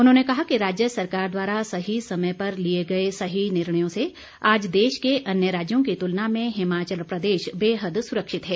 उन्होंने कहा कि राज्य सरकार द्वारा सही समय पर लिए गए सही निर्णयों से आज देश के अन्य राज्यों की तुलना में हिमाचल प्रदेश बेहद सुरक्षित हैं